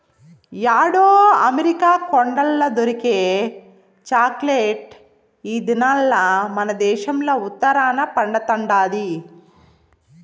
యాడో అమెరికా కొండల్ల దొరికే చాక్లెట్ ఈ దినాల్ల మనదేశంల ఉత్తరాన పండతండాది